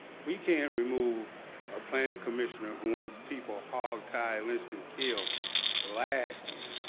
we can't remove a planning commissioner who wants people hog tie listing killed last year.